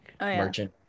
merchant